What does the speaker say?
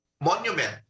monument